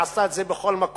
היא עשתה את זה בכל מקום.